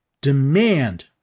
demand